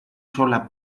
sola